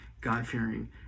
God-fearing